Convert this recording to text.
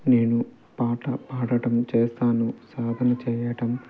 నేను పాట పాడటం చేస్తాను సాధన చెయ్యటం